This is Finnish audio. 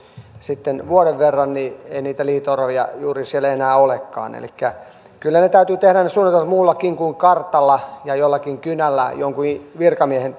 vuoden verran ei niitä liito oravia siellä juuri enää olekaan elikkä kyllä ne suojeluohjelmat täytyy tehdä muullakin kuin kartalla ja jollakin kynällä jonkun virkamiehen